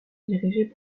dirigée